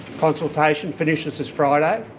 consultation finishes this friday